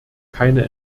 keine